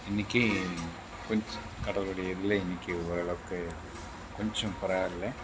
இன்னிக்கி கொஞ்சம் கடவுளுடைய இதில் இன்னிக்கி ஓரளவுக்கு கொஞ்சம் பரவாயில்ல